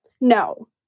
No